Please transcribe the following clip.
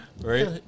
Right